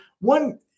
one